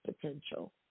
potential